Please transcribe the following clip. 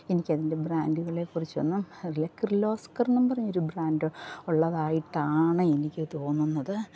എനിക്കതിൻ്റെ ബ്രാൻഡുകളെ കുറിച്ചൊന്നും വലിയ കിർലോസ്കർ എന്നും പറഞ്ഞൊരു ബ്രാൻഡ് ഉള്ളതായിട്ടാണ് എനിക്ക് തോന്നുന്നത്